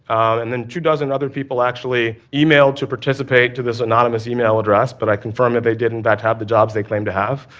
and then two dozen other people actually emailed to participate to this anonymous email address, but i confirmed that they did in fact have the jobs they claimed to have.